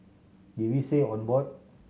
did we say on board